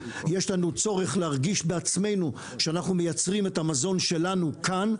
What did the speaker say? יש לנו צורך להרגיש בעצמנו שאנחנו מייצרים את המזון שלנו כאן.